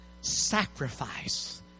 Sacrifice